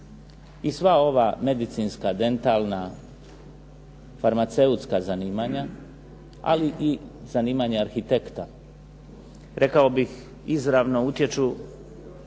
I sva ova medicinska, dentalna, farmaceutska zanimanja, ali i zanimanja arhitekta, rekao bih izravno utječu